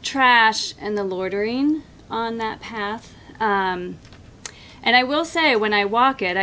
trash and the ordering on that path and i will say when i walk out i